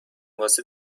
واسه